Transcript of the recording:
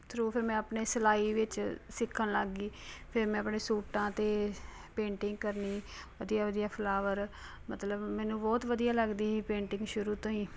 through ਫਿਰ ਮੈਂ ਆਪਣੇ ਸਿਲਾਈ ਵਿੱਚ ਸਿੱਖਣ ਲੱਗ ਗਈ ਫਿਰ ਮੈਂ ਆਪਣੇ ਸੂਟਾਂ 'ਤੇ ਪੇਂਟਿੰਗ ਕਰਨੀ ਵਧੀਆ ਵਧੀਆ ਫਲਾਵਰ ਮਤਲਬ ਮੈਨੂੰ ਬਹੁਤ ਵਧੀਆ ਲੱਗਦੀ ਸੀ ਪੇਂਟਿੰਗ ਸ਼ੁਰੂ ਤੋਂ ਹੀ